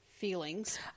feelings